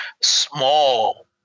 small